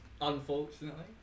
Unfortunately